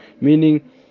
meaning